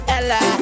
Ella